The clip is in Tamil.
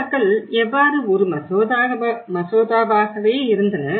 மசோதாக்கள் எவ்வாறு ஒரு மசோதாவாகவே இருந்தன